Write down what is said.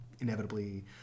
inevitably